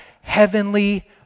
heavenly